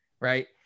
right